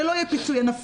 הרי לא יהיה פיצוי ענפי,